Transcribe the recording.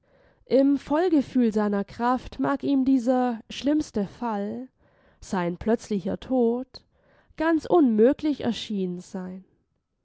im vollgefühl seiner kraft mag ihm dieser schlimmste fall sein plötzlicher tod ganz unmöglich erschienen sein